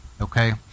okay